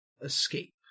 Escape